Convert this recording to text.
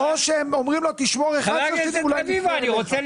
או שהם אומרים לו: תשמור 11 שנים אולי נפנה אליך.